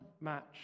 match